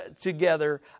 together